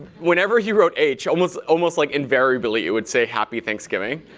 whenever he wrote h, almost almost like invariably it would say, happy thanksgiving.